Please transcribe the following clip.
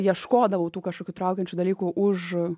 ieškodavau tų kažkokių traukiančių dalykų už